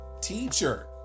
teacher